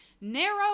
narrow